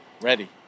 ready